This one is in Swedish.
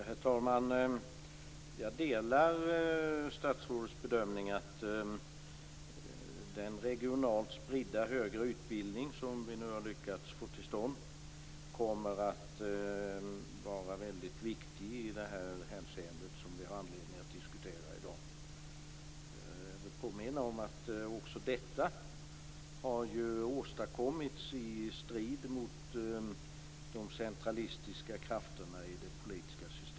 Herr talman! Jag delar statsrådets bedömning att den regionalt spridda högre utbildning som vi nu har lyckats att få till stånd kommer att vara väldigt viktig. Jag vill påminna om att också detta ju har åstadkommits i strid mot de centralistiska krafterna i det politiska systemet.